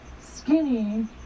Skinny